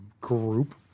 group